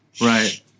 Right